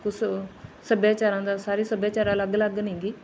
ਕੁਛ ਸੱਭਿਆਚਾਰਾਂ ਦਾ ਸਾਰੇ ਸੱਭਿਆਚਾਰ ਅਲੱਗ ਅਲੱਗ ਨੇਗੇ